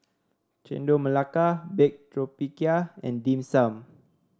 Chendol Melaka Baked Tapioca and Dim Sum